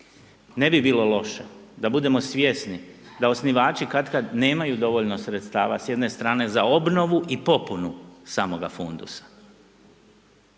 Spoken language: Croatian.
Ne bi bilo loše da budemo svjesni da osnivač katkad nemaju dovoljno sredstava s jedne strane za obnovu i popunu samoga fundusa